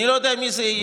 אני לא יודע מי זה יהיה.